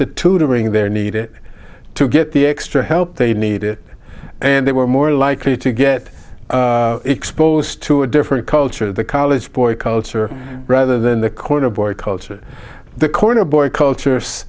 the tutoring they're needed to get the extra help they need it and they were more likely to get exposed to a different culture the college boy culture rather than the corner boy culture the corner boy cultures